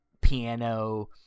piano